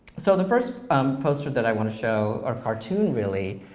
so the first poster that i want to show are cartoon really,